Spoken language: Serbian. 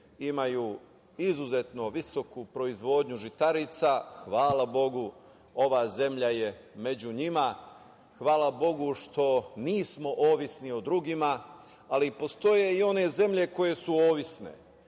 imaju izuzetno visoku proizvodnju žitarica, hvala Bogu ova zemlja je među njima, hvala Bogu što nismo ovisni o drugima, ali postoje i one zemlje koje su ovisne. Zato